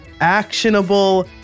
actionable